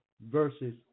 Versus